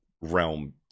realm